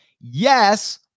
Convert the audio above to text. yes